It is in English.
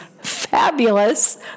fabulous